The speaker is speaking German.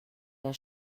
der